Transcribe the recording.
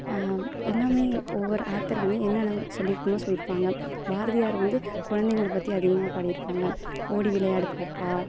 எல்லாமே ஒவ்வொரு ஆத்தர் வந்து என்னானம் சொல்லியிருக்கணுமோ சொல்லியிருப்பாங்க பாரதியார் வந்து குழந்தைங்கள பற்றி அதிகமாக பாடி இருப்பாங்க ஓடி விளையாடு பாப்பா